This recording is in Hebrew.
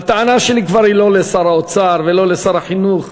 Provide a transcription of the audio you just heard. הטענה שלי היא כבר לא לשר האוצר ולא לשר החינוך,